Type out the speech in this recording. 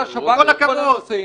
השב"כ, זה לא מרתיע את הפלסטינים.